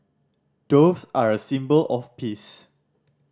doves are a symbol of peace